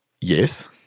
Yes